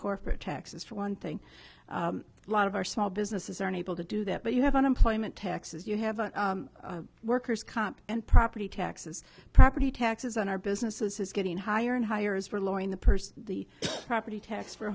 corporate taxes for one thing lot of our small businesses are unable to do that but you have unemployment taxes you have a worker's comp and property taxes property taxes and our business is getting higher and higher is for lowering the purse the property tax for